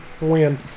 Win